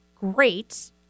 great